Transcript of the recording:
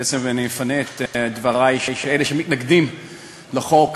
בעצם אני מפנה את דברי לאלה שמתנגדים לחוק,